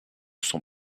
son